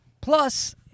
Plus